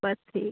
बस ठीक